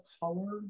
color